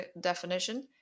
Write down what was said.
definition